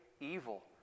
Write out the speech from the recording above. evil